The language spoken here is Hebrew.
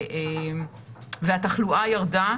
והתחלואה ירדה.